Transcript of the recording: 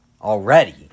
already